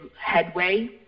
headway